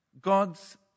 God's